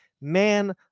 man